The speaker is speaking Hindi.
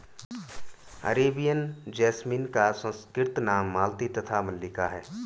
अरेबियन जैसमिन का संस्कृत नाम मालती तथा मल्लिका है